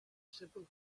several